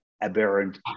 aberrant